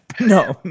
No